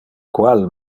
qual